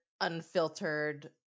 unfiltered